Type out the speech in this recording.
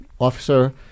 officer